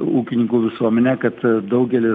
ūkininkų visuomenę kad daugeliu